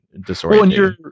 Disorienting